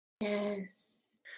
Yes